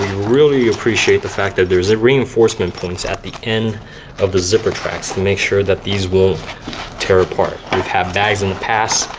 really appreciate the fact that there's these reinforcement points at the end of the zipper tracks to make sure that these won't tear apart. we've had bags in the past,